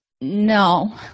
no